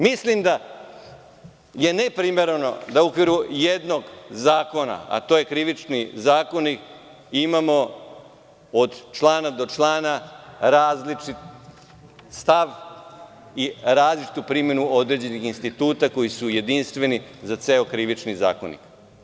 Mislim da je neprimereno da u okviru jednog zakona, a to je Krivični zakonik imamo od člana do člana različit stav i različitu primenu određenih instituta koji su jedinstveni za ceo Krivični zakonik.